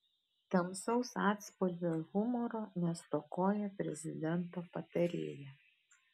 tamsaus atspalvio humoro nestokoja prezidento patarėja